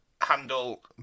handle